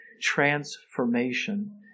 transformation